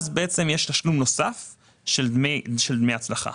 יש תשלום נוסף של דמי הצלחה.